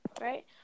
right